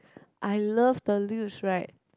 I love the luge ride